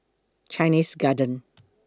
Chinese Garden